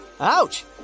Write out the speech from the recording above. Ouch